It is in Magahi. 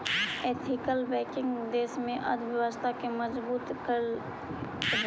एथिकल बैंकिंग देश के अर्थव्यवस्था के मजबूत करऽ हइ